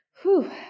Whew